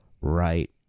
right